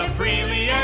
freely